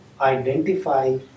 identify